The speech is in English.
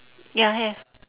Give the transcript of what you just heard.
ya ya